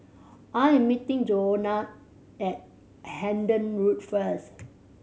I'm meeting Johannah at Hendon Road first